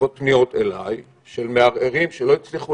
בעקבות פניות אלי של מערערים שלא הצליחו